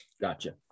Gotcha